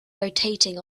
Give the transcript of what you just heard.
rotating